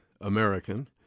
American